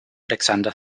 alexander